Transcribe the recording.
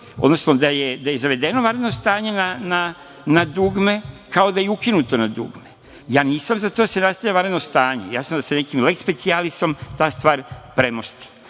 odnosno da je izvedeno vanredno stanje na dugme, kao da je ukinuto na dugme. Ja nisam za to da se nastavlja vanredno stanje, ja sam za to da se nekim leks specijalisom ta stvar premosti.